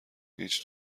هیچی